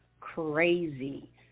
crazy